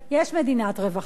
יש מדינת רווחה,